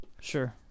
Sure